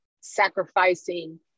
sacrificing